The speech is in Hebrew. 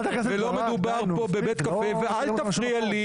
לא מדובר כאן בבית קפה ואל תפריעי לי